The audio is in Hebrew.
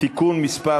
(תיקון מס'